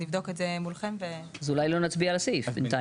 נבדוק את זה מולכם.‬‬‬‬‬ ‬‬‬‬‬ אז אולי לא נצביע על הסעיף בינתיים.